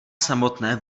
samotné